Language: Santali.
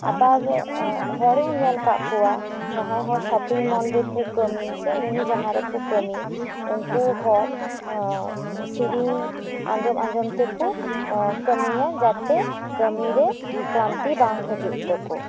ᱟᱵᱟᱨ ᱦᱚᱲᱮᱧ ᱧᱮᱞ ᱠᱟᱜ ᱠᱚᱣᱟ ᱡᱟᱦᱟᱸᱭ ᱦᱚᱲ ᱥᱚᱯᱤᱝ ᱢᱚᱞ ᱨᱮᱠᱚ ᱠᱟᱢᱤ ᱥᱮ ᱮᱢᱱᱤ ᱡᱟᱦᱟᱸ ᱨᱮᱠᱚ ᱠᱟᱢᱤ ᱩᱝᱠᱩ ᱦᱚᱲ ᱥᱮᱨᱮᱧ ᱟᱸᱡᱚᱢ ᱟᱸᱡᱚᱢ ᱛᱮᱠᱚ ᱠᱟᱢᱤᱭᱟ ᱡᱟᱛᱮ ᱠᱟᱢᱤ ᱨᱮ ᱠᱞᱟᱱᱛᱤ ᱵᱟᱝ ᱦᱤᱡᱩᱜ ᱛᱟᱠᱚ